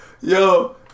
Yo